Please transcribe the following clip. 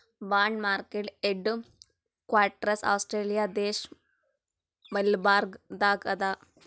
bond market headquarters Australia ದೇಶ್ Melbourne ದಾಗ್ ಅದಾ